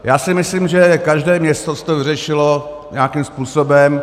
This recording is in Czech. Já si myslím, že každé město si to vyřešilo nějakým způsobem.